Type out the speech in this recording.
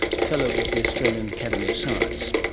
fellow of the australian academy of science.